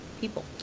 people